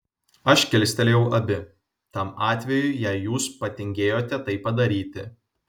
aš kilstelėjau abi tam atvejui jei jūs patingėjote tai padaryti